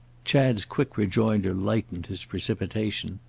chad's quick rejoinder lighted his precipitation.